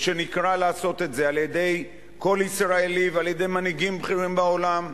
ושנקרא לעשות את זה על-ידי כל ישראלי ועל-ידי מנהיגים בכירים בעולם,